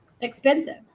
Expensive